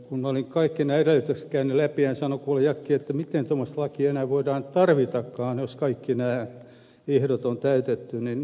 kun olin kaikki nämä edellytykset käynyt läpi hän sanoi että kuule jakke miten tuommoista lakia enää voidaan tarvitakaan jos kaikki nämä ehdot on täytettävä